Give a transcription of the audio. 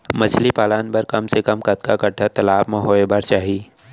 मछली पालन बर कम से कम कतका गड्डा तालाब म होये बर चाही?